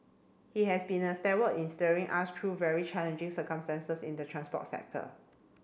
he has been a in steering us through very challenging circumstances in the transport sector